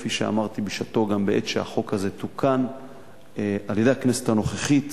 כפי שאמרתי בשעתו גם בעת שהחוק הזה תוקן על-ידי הכנסת הנוכחית,